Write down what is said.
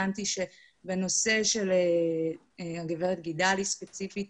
הבנתי שבנושא של הגברת גידלי ספציפית